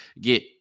get